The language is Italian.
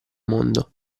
mondo